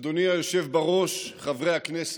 אדוני היושב בראש, חברי הכנסת,